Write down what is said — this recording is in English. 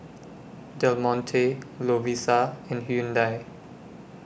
Del Monte Lovisa and Hyundai